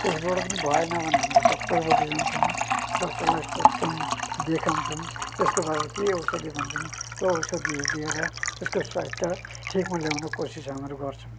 त्यसबाट पनि भएन भने हामीले डक्टरपट्टि जान्छौँ डक्टरलाई सोध्छौँ देखाउँछौँ त्यसको के औषधी भन्छन् त्यो औषधीहरू दिएर त्यसको स्वास्थ्य ठिकमा ल्याउने कोसिस हामीहरू गर्छौँ